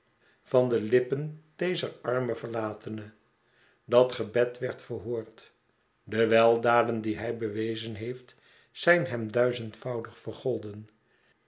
van de lippen dezerarme verlatene dat gebed werd verhoord de weldaden die hij bewezen heeft zijn hern duizendvoudig vergolden